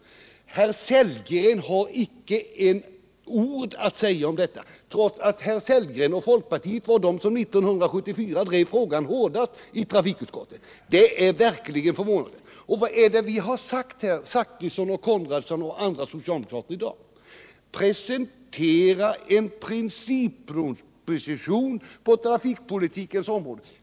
Det är verkligen förvånande att herr Sellgren icke har ett ord att säga om detta, trots att herr Sellgren och folkpartiet var de som 1974 drev frågan hårdast i trafikutskottet. Vad är det vi har sagt, herr Zachrisson, herr Konradsson, jag och andra socialdemokrater, här i dag? Jo, vi har sagt: Presentera en principproposition på trafikpolitikens område!